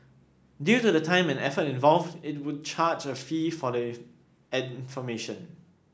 due to the time and effort involved it would charge a fee for the information